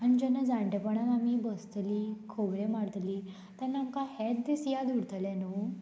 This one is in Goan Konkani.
आनी जेन्ना जाणटेपणान आमी बसतली खोबरें मारतलीं तेन्ना आमकां हेत दीस याद उरतले न्हू